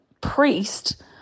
priest